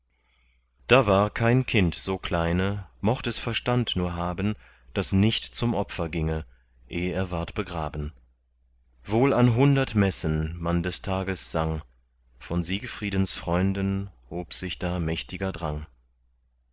da war kein kind so kleine mocht es verstand nur haben das nicht zum opfer ginge eh er ward begraben wohl an hundert messen man des tages sang von siegfriedens freunden hob sich da mächtiger drang